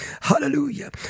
hallelujah